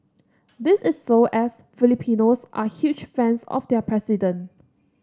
this is so as Filipinos are huge fans of their president